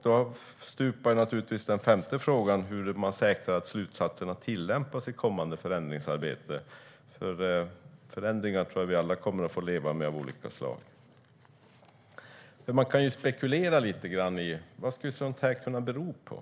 Då stupar naturligtvis också den femte frågan: Hur säkrar man att slutsatserna tillämpas i kommande förändringsarbete? Förändringar av olika slag tror jag att vi alla kommer att få leva med. Man kan spekulera lite grann i vad sådant här skulle kunna bero på.